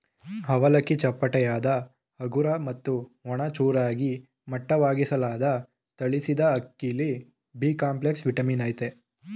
ಅವಲಕ್ಕಿ ಚಪ್ಪಟೆಯಾದ ಹಗುರ ಮತ್ತು ಒಣ ಚೂರಾಗಿ ಮಟ್ಟವಾಗಿಸಲಾದ ತಳಿಸಿದಅಕ್ಕಿಲಿ ಬಿಕಾಂಪ್ಲೆಕ್ಸ್ ವಿಟಮಿನ್ ಅಯ್ತೆ